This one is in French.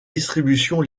distributions